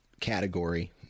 category